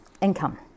income